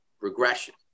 regression